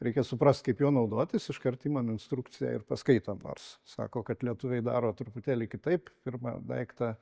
reikia suprast kaip juo naudotis iškart imam instrukciją ir paskaitom nors sako kad lietuviai daro truputėlį kitaip pirma daiktą